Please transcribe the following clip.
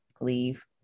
leave